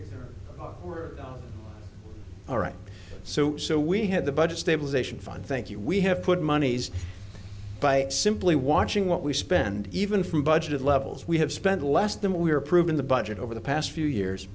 were all right so so we had the budget stabilization fund thank you we have put monies by simply watching what we spend even from budget levels we have spent less than we are proven the budget over the past few years